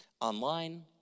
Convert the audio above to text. online